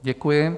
Děkuji.